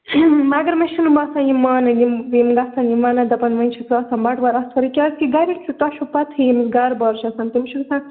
مگر مےٚ چھُنہٕ باسان یِم مانَن یِم یِم گژھَن یِم وَنَن دَپَن وَنۍ چھَکھ ژٕ آسان بَٹوار آتھوارٕے کیٛازکہِ گَریُک چھُو تۄہہِ چھو پَتہٕے ییٚمِس گَرٕ بار چھُ آسان تٔمِس چھُ آسان